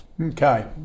Okay